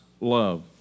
love